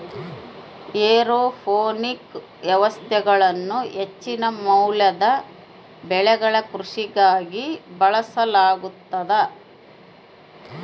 aeroponic ವ್ಯವಸ್ಥೆಗಳನ್ನು ಹೆಚ್ಚಿನ ಮೌಲ್ಯದ ಬೆಳೆಗಳ ಕೃಷಿಗಾಗಿ ಬಳಸಲಾಗುತದ